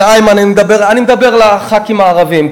איימן, אני מדבר אל הח"כים הערבים.